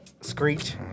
screech